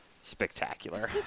spectacular